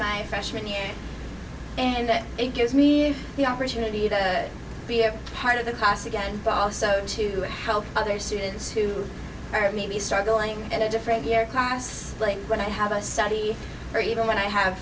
my freshman year and that it gives me the opportunity to be a part of the class again ball so to help other students who are maybe struggling in a different year comments like when i have a study or even when i have